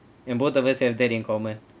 and both of us have that in common